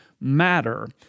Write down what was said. matter